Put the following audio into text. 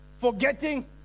forgetting